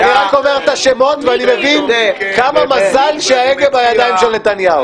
--- אני רק אומר את השמות ואני מבין כמה מזל שההגה בידיים של נתניהו.